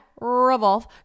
Revolve